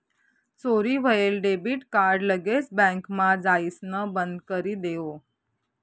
चोरी व्हयेल debit card लगेच बँकमा जाइसण बंदकरी देवो